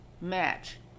match